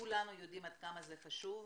כולנו יודעים עד כמה זה חשוב.